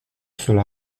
cela